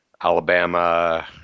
Alabama